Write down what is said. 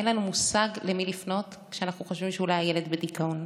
אין לנו מושג למי לפנות כשאנחנו חושבים שאולי הילד בדיכאון.